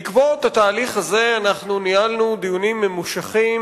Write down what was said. בעקבות התהליך הזה ניהלנו דיונים ממושכים,